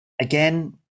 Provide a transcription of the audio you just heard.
again